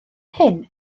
hyn